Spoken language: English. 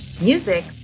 Music